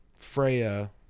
Freya